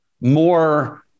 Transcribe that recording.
more